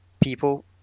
people